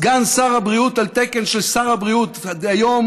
סגן שר הבריאות על תקן של שר הבריאות דהיום,